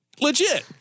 Legit